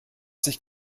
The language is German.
sich